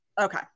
Okay